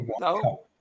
no